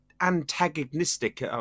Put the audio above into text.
antagonistic